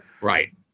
Right